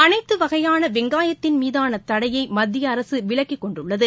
அனைத்து வகையான வெங்காயத்தின் மீதான தடையை மத்திய அரசு விலக்கிக் கொண்டுள்ளது